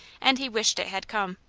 and he wished it had come.